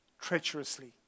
treacherously